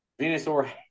Venusaur